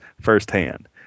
firsthand